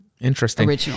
Interesting